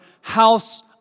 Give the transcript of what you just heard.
house